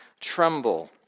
tremble